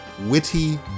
witty